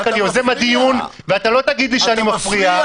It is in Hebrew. אני כאן יוזם הדיון ואתה לא תגיד לי שאני מפריע.